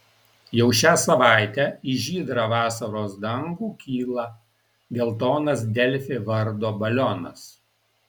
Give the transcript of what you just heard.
jau šią savaitę į žydrą vasaros dangų kyla geltonas delfi vardo balionas